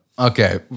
Okay